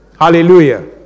Hallelujah